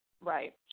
Right